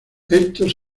estos